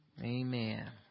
amen